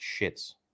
shits